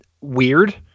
weird